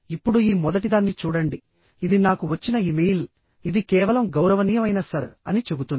ఇప్పుడు ఈ మొదటిదాన్ని చూడండి ఇది నాకు వచ్చిన ఇమెయిల్ ఇది కేవలం గౌరవనీయమైన సర్ అని చెబుతుంది